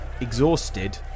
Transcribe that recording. exhausted